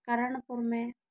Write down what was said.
करणपुर में